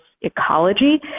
ecology